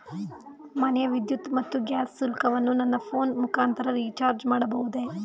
ಮನೆಯ ವಿದ್ಯುತ್ ಮತ್ತು ಗ್ಯಾಸ್ ಶುಲ್ಕವನ್ನು ನನ್ನ ಫೋನ್ ಮುಖಾಂತರ ರಿಚಾರ್ಜ್ ಮಾಡಬಹುದೇ?